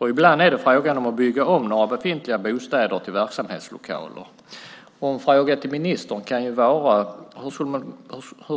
Ibland är det fråga om att bygga om befintliga bostäder till verksamhetslokaler. En fråga till ministern kan vara hur man